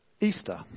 Easter